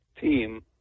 team